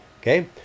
Okay